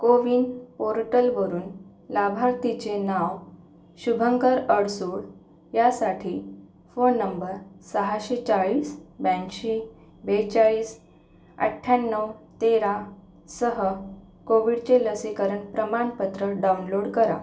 कोविन पोर्टलवरून लाभार्थीचे नाव शुभंकर अडसूळ यासाठी फोन नंबर सहाशे चाळीस ब्याऐंशी बेचाळीस अठ्ठ्याण्णव तेरासह कोविडचे लसीकरण प्रमाणपत्र डाउनलोड करा